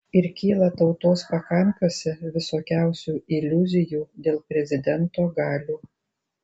ir kyla tautos pakampiuose visokiausių iliuzijų dėl prezidento galių